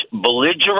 belligerent